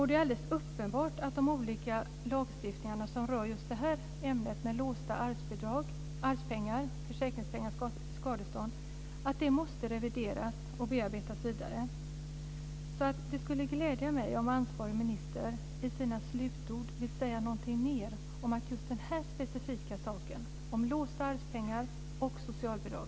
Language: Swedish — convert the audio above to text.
Det är alldeles uppenbart att de olika lagstiftningarna som rör ämnet med låsta arvspengar, försäkringspengar och skadestånd måste revideras och bearbetas vidare. Det skulle glädja mig om ansvarig minister i sina slutord ville säga någonting mer om att han vill se över situationen när det gäller låsta arvspengar och socialbidrag.